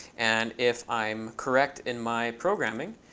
and if i'm correct in my programming,